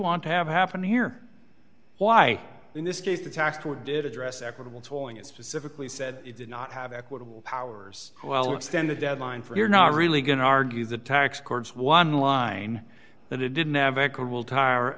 want to have happen here why in this case attacked what did address equitable tolling it specifically said it did not have equitable powers well extend the deadline for you're not really going to argue that tax courts one line that it didn't have equitable